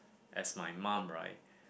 as my mom right